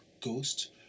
ghost